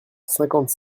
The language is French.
cinquante